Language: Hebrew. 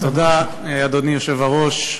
אדוני היושב-ראש,